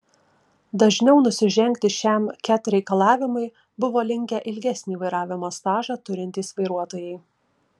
dažniau nusižengti šiam ket reikalavimui buvo linkę ilgesnį vairavimo stažą turintys vairuotojai